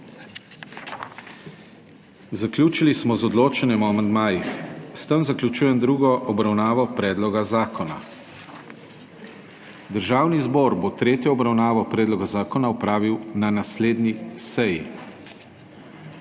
Zaključili smo z odločanjem o amandmajih. S tem zaključujem drugo obravnavo predloga zakona. Državni zbor bo tretjo obravnavo predloga zakona opravil na naslednji seji,